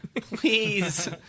Please